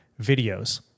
videos